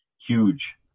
huge